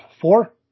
Four